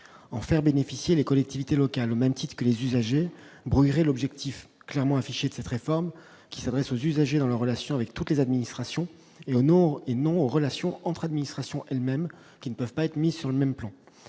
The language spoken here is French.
En faire bénéficier les collectivités locales au même titre que les usagers brouillerait l'objectif clairement affiché de cette réforme, qui s'adresse aux usagers dans leurs relations avec toutes les administrations, et non aux relations entre administrations elles-mêmes qui ne peuvent pas être mises sur le même plan.